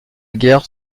guerre